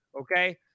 Okay